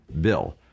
bill